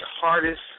hardest